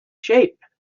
sheep